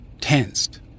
tensed